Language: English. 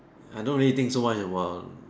I don't really think so much about